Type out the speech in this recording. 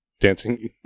dancing